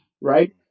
right